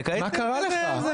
מה קרה לכם?